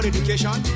Education